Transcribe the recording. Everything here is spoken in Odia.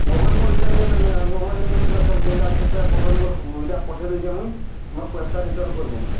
ମୋବାଇଲ ମୋ ରିଟର୍ନ ମୋବାଇଲ୍ ମୁଁ ରଖ ଯେଉଁଟା ସେଟା ପଠାନ୍ତୁ ମୋର ଏଇଟା ପଠେଇ ଦେଉଛି ମୁଇଁ ପଇସା ରିଟର୍ନ୍ କରି ଦିଅନ୍ତୁ